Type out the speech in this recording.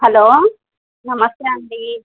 hello నమస్తే అండి